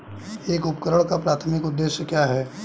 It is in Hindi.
एक उपकरण का प्राथमिक उद्देश्य क्या है?